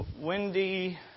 Wendy